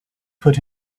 put